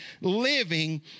living